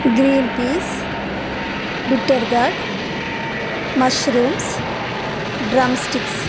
green peas bitter gourd mushrooms drumsticks